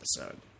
episode